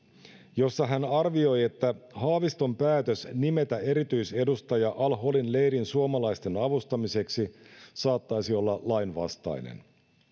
jossa hän arvioi että haaviston päätös nimetä erityisedustaja al holin leirin suomalaisten avustamiseksi saattaisi olla lainvastainen